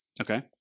Okay